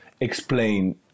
explain